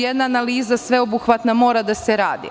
Jedna analiza sveobuhvatna mora da se radi.